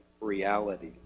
reality